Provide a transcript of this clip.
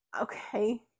Okay